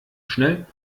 schnell